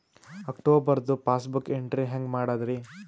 ಅಕ್ಟೋಬರ್ದು passbook entry ಹೆಂಗ್ ಮಾಡದ್ರಿ?